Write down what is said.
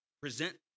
present